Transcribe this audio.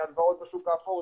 הלוואות בשוק האפור,